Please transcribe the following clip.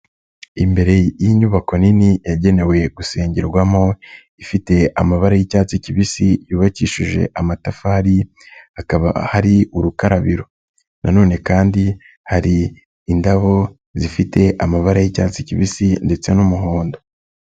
Imbere y'inyubako nini yagenewe gusengerwamo, ifite amabara y'icyatsi kibisi, yubakishije amatafari, hakaba hari urukarabiro. Na none kandi hari indabo, zifite amabara y'icyatsi kibisi ndetse n'umuhondo.